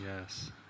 yes